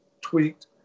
tweaked